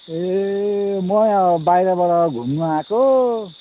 ए म बाहिरबाट घुम्नु आएको